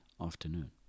afternoon